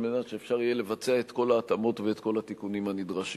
על מנת שאפשר יהיה לבצע את כל ההתאמות ואת כל התיקונים הנדרשים.